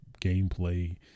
gameplay